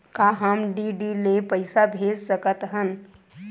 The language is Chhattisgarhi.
का हम डी.डी ले पईसा भेज सकत हन?